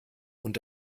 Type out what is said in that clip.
und